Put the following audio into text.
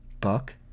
buck